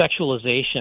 sexualization